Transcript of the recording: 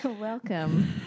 Welcome